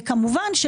וכמובן,